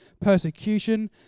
persecution